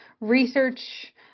research